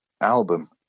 album